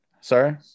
sorry